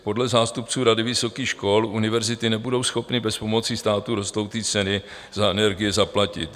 Podle zástupců Rady vysokých škol univerzity nebudou schopny bez pomoci státu rostoucí ceny za energie zaplatit.